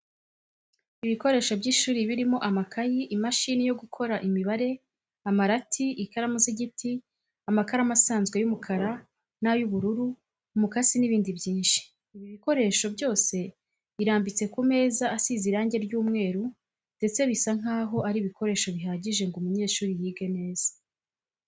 Ibikoresho by'ishuri birimo amakayi, imashini yo gukora imibare, amarati, ikaramu z'igiti, amakaramu asanzwe y'umukara n'ay'ubururu, umukasi n'ibindi byinshi. Ibi bikoresho byose birambitse ku meza asize irange ry'umweru ndetse bisa n'aho ari ibikoresho bihagije ngo umunyeshuri yige neza.